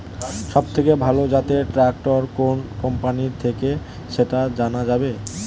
সবথেকে ভালো জাতের ট্রাক্টর কোন কোম্পানি থেকে সেটা জানা যাবে?